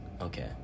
Okay